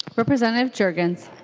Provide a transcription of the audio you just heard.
representative jurgens